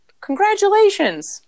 congratulations